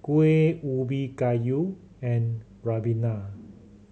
Kueh Ubi Kayu and ribena